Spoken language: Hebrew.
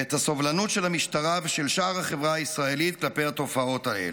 ואת הסובלנות של המשטרה ושל שאר החברה הישראלית כלפי התופעות האלו.